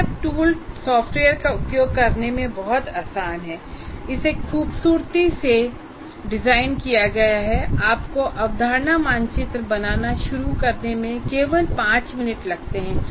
सीमैप tool software का उपयोग करने में बहुत आसान है इसे खूबसूरती से डिजाइन किया गया है और आपको अवधारणा मानचित्र बनाना शुरू करने में केवल 5 मिनट लगते हैं